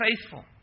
faithful